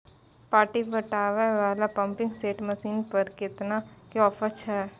पानी पटावय वाला पंपिंग सेट मसीन पर केतना के ऑफर छैय?